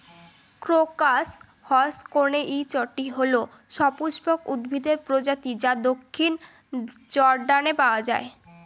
crocus হসকনেইচটি হল সপুষ্পক উদ্ভিদের প্রজাতি যা দক্ষিণ জর্ডানে পাওয়া য়ায়